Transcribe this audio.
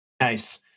Nice